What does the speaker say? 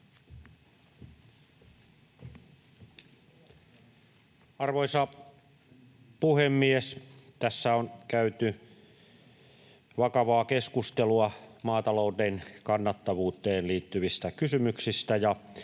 Arvoisa puhemies! Tässä on käyty vakavaa keskustelua maatalouden kannattavuuteen liittyvistä kysymyksistä,